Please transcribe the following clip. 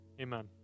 Amen